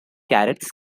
carrots